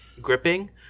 gripping